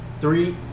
Three